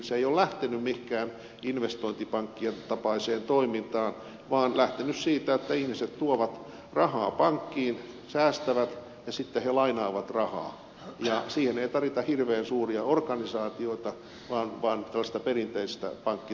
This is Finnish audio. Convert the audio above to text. se ei ole mennyt mihinkään investointipankkien tapaiseen toimintaan vaan on lähtenyt siitä että ihmiset tuovat rahaa pankkiin säästävät ja sitten he lainaavat rahaa ja siihen ei tarvita hirveän suuria organisaatioita vaan tällaista perinteistä pankkitoimintaa